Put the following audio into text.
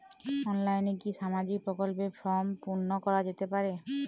অনলাইনে কি সামাজিক প্রকল্পর ফর্ম পূর্ন করা যেতে পারে?